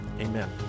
Amen